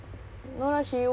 kirakan